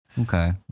Okay